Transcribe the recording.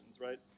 right